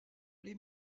les